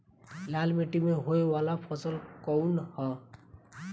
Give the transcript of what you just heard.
लाल मीट्टी में होए वाला फसल कउन ह?